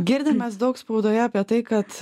girdim mes daug spaudoje apie tai kad